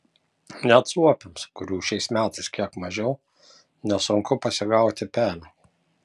net suopiams kurių šiais metais kiek mažiau nesunku pasigauti pelę